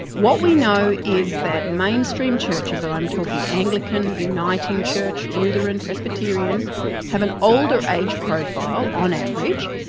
what we know is that mainstream churches and i'm talking anglican, uniting church, lutheran, presbyterian have an older age profile on average,